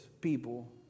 people